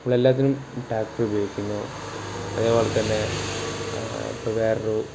ഇവിടെ എല്ലാത്തിനും ടാക്ടർ ഉപയോഗിക്കുന്നു അതേപോലെത്തന്നെ ഇപ്പോൾ വേറെയൊരു